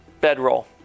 bedroll